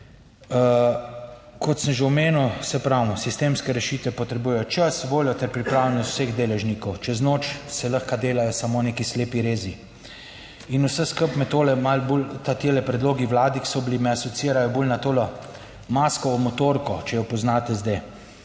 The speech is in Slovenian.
Kot sem že omenil, saj pravim, sistemske rešitve potrebujejo čas, voljo ter pripravljenost vseh deležnikov. Čez noč se lahko delajo samo neki slepi rezi in vse skupaj, me tole malo bolj, ti predlogi Vladi, ki so bili, me asociirajo bolj na to Maskovo motorko, če jo poznate zdaj,